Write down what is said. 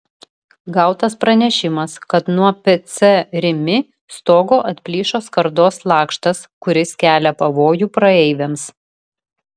gautas pranešimas kad nuo pc rimi stogo atplyšo skardos lakštas kuris kelia pavojų praeiviams